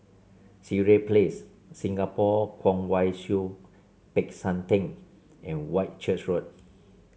Sireh Place Singapore Kwong Wai Siew Peck San Theng and Whitchurch Road